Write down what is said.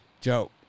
Joe